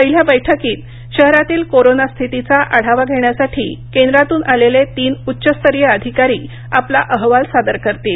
पहिल्या बैठकीत शहरातील कोरोना स्थितीचा आढावा घेण्यासाठी केंद्रातून आलेले तीन उच्चस्तरीय अधिकारी आपला अहवाल सादर करतील